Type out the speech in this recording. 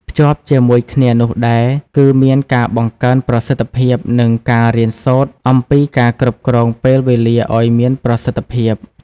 ភ្ជាប់ជាមួយគ្នានោះដែរ គឺមានការបង្កើនប្រសិទ្ធភាព និងការរៀនសូត្រ អំពីការគ្រប់គ្រងពេលវេលាឱ្យមានប្រសិទ្ធភាព។